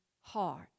heart